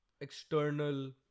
external